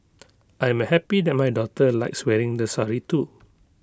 I am happy that my daughter likes wearing the sari too